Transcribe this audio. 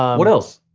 what else?